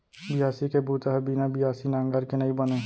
बियासी के बूता ह बिना बियासी नांगर के नइ बनय